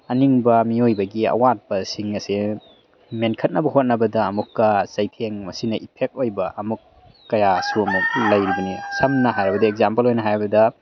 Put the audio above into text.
ꯑꯅꯤꯡꯕ ꯃꯤꯑꯣꯏꯕꯒꯤ ꯑꯋꯥꯠꯄꯁꯤꯡ ꯑꯁꯦ ꯃꯦꯟꯈꯠꯅꯕ ꯍꯣꯠꯅꯕꯗ ꯑꯃꯨꯛꯀ ꯆꯩꯊꯦꯡ ꯃꯁꯤꯅ ꯏꯐꯦꯛ ꯑꯣꯏꯕ ꯑꯃꯨꯛ ꯀꯌꯥꯁꯨ ꯑꯃꯨꯛ ꯂꯩꯔꯤꯕꯅꯤ ꯁꯝꯅ ꯍꯥꯏꯔꯕꯗ ꯑꯦꯛꯖꯥꯝꯄꯜ ꯑꯣꯏꯅ ꯍꯥꯏꯔꯕꯗ